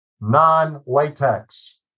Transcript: non-latex